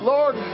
Lord